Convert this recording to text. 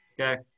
Okay